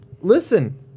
listen